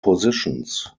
positions